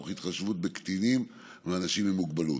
תוך התחשבות בקטינים ואנשים עם מוגבלות.